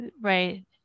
right